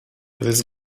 this